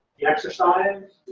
do you exercise,